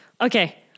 Okay